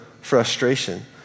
frustration